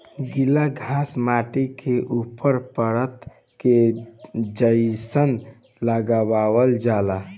गिला घास माटी के ऊपर परत के जइसन लगावल जाला